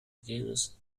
genus